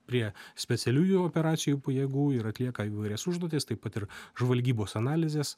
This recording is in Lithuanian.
prie specialiųjų operacijų pajėgų ir atlieka įvairias užduotis taip pat ir žvalgybos analizės